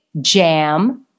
Jam